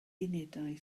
unedau